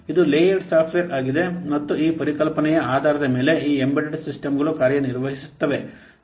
ಇದು layered software ಆಗಿದೆ ಮತ್ತು ಈ ಪರಿಕಲ್ಪನೆಯ ಆಧಾರದ ಮೇಲೆ ಈ ಎಂಬೆಡೆಡ್ ಸಿಸ್ಟಂಗಳು ಕಾರ್ಯನಿರ್ವಹಿಸುತ್ತವೆ